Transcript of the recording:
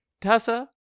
Tessa